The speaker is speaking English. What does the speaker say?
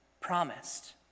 promised